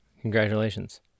Congratulations